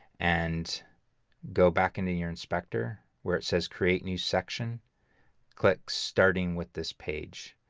and go back into your inspector where it says create new section click starting with this page.